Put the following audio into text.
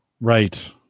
Right